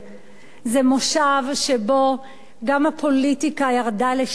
זה מושב שבו גם הפוליטיקה ירדה לשפל,